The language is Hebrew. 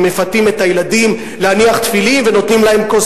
ומפתים את הילדים להניח תפילין ונותנים להם כוס